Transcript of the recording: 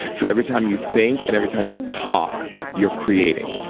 so every time you think and every time you talk, you're creating.